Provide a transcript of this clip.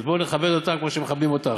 אז בואי נכבד אותם כמו שהם מכבדים אותך.